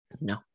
No